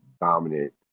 dominant